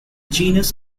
genus